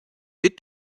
did